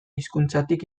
hizkuntzatik